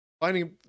finding